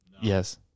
Yes